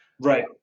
Right